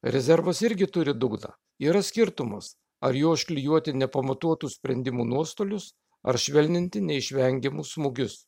rezervas irgi turi dugną yra skirtumas ar juo užklijuoti nepamatuotų sprendimų nuostolius ar švelninti neišvengiamus smūgius